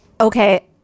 okay